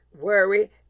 worry